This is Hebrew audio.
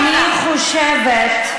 זה